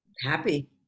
happy